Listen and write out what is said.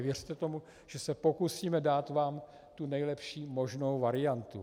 Věřte tomu, že se pokusíme dát vám tu nejlepší možnou variantu.